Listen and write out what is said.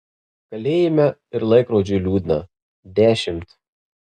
kalėjime ir laikrodžiui liūdna dešimt